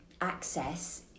access